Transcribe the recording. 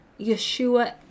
yeshua